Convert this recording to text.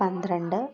പന്ത്രണ്ട്